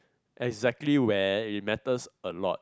exactly where it matters a lot